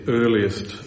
earliest